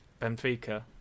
benfica